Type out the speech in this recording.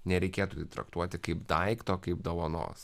nereikėtų traktuoti kaip daikto kaip dovanos